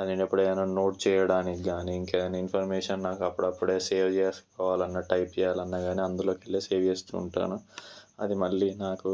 అది నేను ఎప్పుడైనా నోట్ చేయడానికి గానీ ఇంకేదైనా ఇన్ఫర్మేషన్ నాకు అప్పుడప్పుడే సేవ్ చేసుకోవాలన్నా టైపు చేయాలన్నా గానీ అందులోకెళ్లే సేవ్ చేస్తూ ఉంటాను అది మళ్ళీ నాకు